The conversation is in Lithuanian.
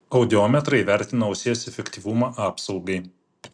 audiometrai vertina ausies efektyvumą apsaugai